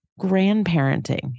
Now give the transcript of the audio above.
grandparenting